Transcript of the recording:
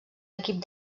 equip